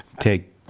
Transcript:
Take